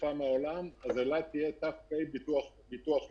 חלפה מן העולם אז אילת תהיה ת.פ ביטוח לאומי.